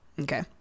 Okay